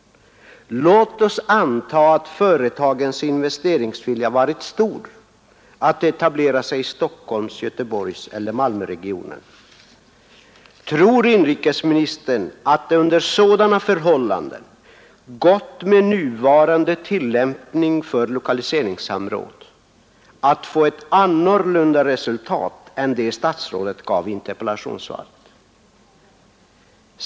Låt oss anta att företagens investeringsvilja och viljan att etablera i Stockholms-, Göteborgseller Malmöregionen varit stora. Tror inrikesministern att det under sådana förhållanden med nuvarande tillämpning av lokaliseringssamråden hade blivit ett annat resultat än det statsrådet redovisar i interpellationssvaret?